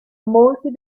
molti